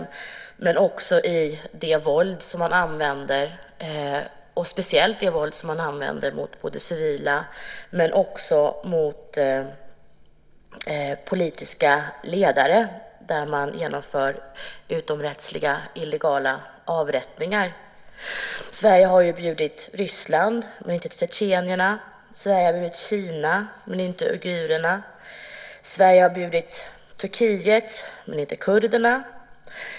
Israel gör det också genom det våld man använder, speciellt mot civila och mot politiska ledare. Man genomför utomrättsliga, illegala avrättningar. Sverige har bjudit Ryssland men inte tjetjenerna. Sverige har bjudit Kina men inte uigurerna. Sverige har bjudit Turkiet men inte kurderna.